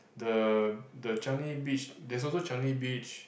the the Changi Beach there's also Changi Beach